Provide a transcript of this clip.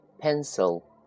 Pencil